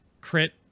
crit